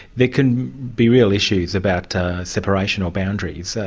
there can be real issues about separation or boundaries.